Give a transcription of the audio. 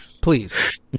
please